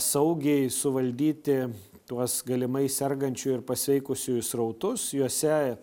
saugiai suvaldyti tuos galimai sergančių ir pasveikusiųjų srautus jose